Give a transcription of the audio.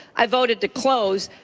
i voted to close,